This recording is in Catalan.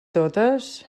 totes